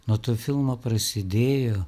nuo to filmo prasidėjo